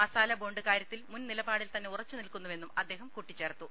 മസാലബോണ്ട് കാര്യത്തിൽ മുൻ നിലപാടിൽ തന്നെ ഉറച്ചു നിൽക്കുന്നുവെന്നും അദ്ദേഹം കൂട്ടിച്ചേർത്തു